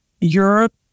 Europe